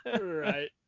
Right